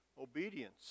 Obedience